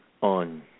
on